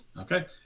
okay